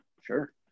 Sure